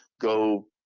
go